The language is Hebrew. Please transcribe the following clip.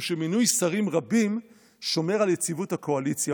שמינוי שרים רבים שומר על יציבות הקואליציה.